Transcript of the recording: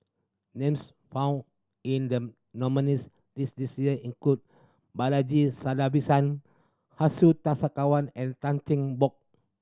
names found in the nominees' list this year include Balaji Sadasivan Hsu Tse Kwang and Tan Cheng Bock